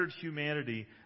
humanity